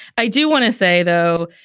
i do want to say, though,